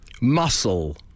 Muscle